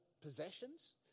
possessions